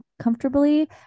comfortably